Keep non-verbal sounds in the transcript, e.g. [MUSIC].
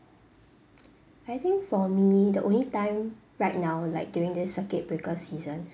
[NOISE] I think for me the only time right now like during this circuit breaker season